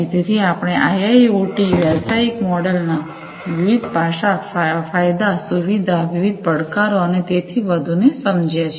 તેથી આપણે I I O T વ્યવસાયિક મોડલોના વિવિધ પાસાં ફાયદા સુવિધાઓ વિવિધ પડકારો અને તેથી વધુને સમજ્યા છીએ